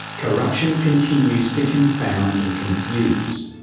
corruption continues to confound and confuse.